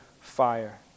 fire